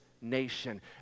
Nation